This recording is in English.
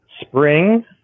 spring